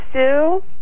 Sue